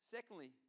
Secondly